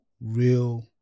real